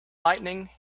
lightning